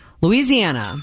Louisiana